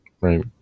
Right